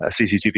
CCTV